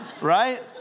right